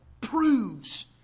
proves